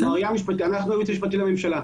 אנחנו הייעוץ המשפטי לממשלה.